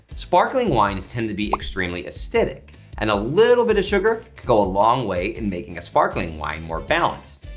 sparkling wines tend to be extremely acidic and a little bit of sugar could go a long way in making a sparkling wine more balanced.